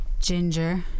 ginger